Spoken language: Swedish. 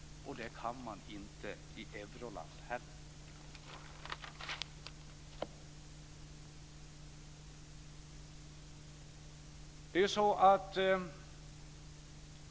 Det kan man inte heller i ett euroland.